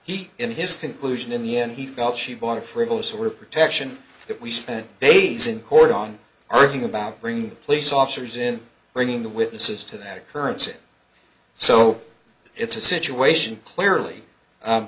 he in his conclusion in the end he felt she bought a frivolous were protection that we spent days in court on our thing about bringing police officers in bringing the witnesses to that occurrence so it's a situation clearly